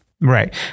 Right